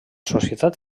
societat